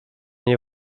nie